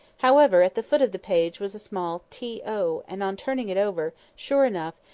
however, at the foot of the page was a small t o, and on turning it over, sure enough,